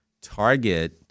target